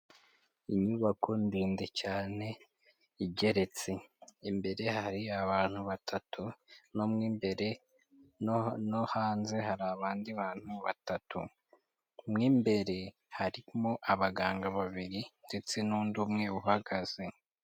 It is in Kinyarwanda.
Inyubako ndende cyane igeretse, imbere hari abantu batatu no mu imbere no hanze hari abandi bantu batatu, mu imbere harimo abaganga babiri ndetse n'undi umwe uhagaze.